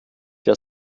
der